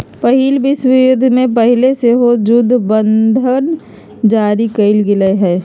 पहिल विश्वयुद्ध से पहिले सेहो जुद्ध बंधन जारी कयल गेल हइ